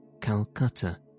Calcutta